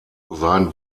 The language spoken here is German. sein